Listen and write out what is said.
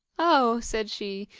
oh! said she,